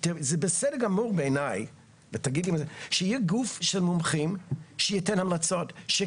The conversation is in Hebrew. זה בסדר גמור בעייני שיהיה גוף של מומחים שייתן המלצות,